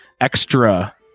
extra